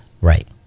right